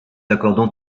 accordons